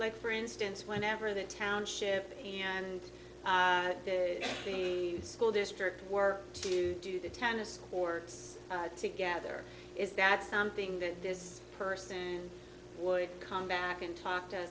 like for instance whenever the township and the school district work to do the tennis courts together is that something that this person would come back and talk to